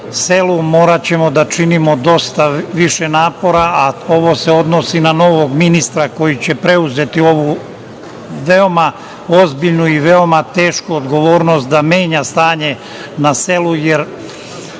moraćemo da činimo dosta više napora, a ovo se odnosi na novog ministra koji će preuzeti ovu veoma ozbiljnu i veoma tešku odgovornost da menja stanje na selu, jer